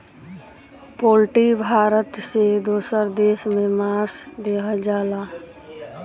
poultry Bharat से दोसर देश में मांस देहल जाला